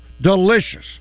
delicious